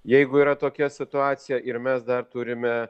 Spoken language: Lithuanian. jeigu yra tokia situacija ir mes dar turime